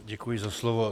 Děkuji za slovo.